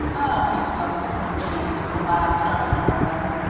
i'll fix em, said james, with a laugh, starting toward them.